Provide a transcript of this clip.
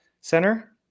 center